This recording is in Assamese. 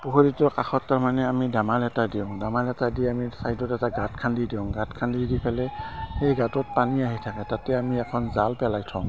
পুখুৰীটোৰ কাষত তাৰমানে আমি দামাল এটা দিওঁ দামাল এটা দি আমি ছাইডত এটা গাঁত খান্দি দিওঁ গাঁত খান্দি দি পেলাই সেই গাঁতত পানী আহি থাকে তাতে আমি এখন জাল পেলাই থওঁ